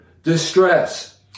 Distress